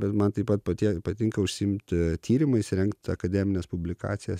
bet man taip pat paten patinka užsiimti tyrimais rengt akademines publikacijas